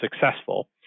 successful